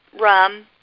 rum